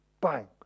bang